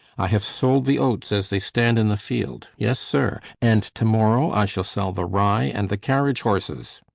i have sold the oats as they stand in the field. yes, sir! and to-morrow i shall sell the rye and the carriage horses.